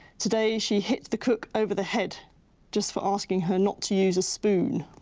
today she hit the cook over the head just for asking her not to use a spoon.